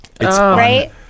right